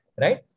Right